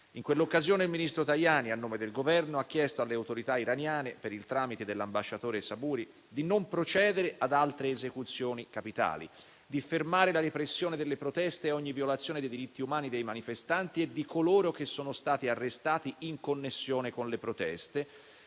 In quell'occasione il ministro Tajani, a nome del Governo, ha chiesto alle autorità iraniane, per il tramite dell'ambasciatore Saburi, di non procedere ad altre esecuzioni capitali; di fermare la repressione delle proteste e ogni violazione dei diritti umani dei manifestanti e di coloro che sono stati arrestati in connessione con le proteste;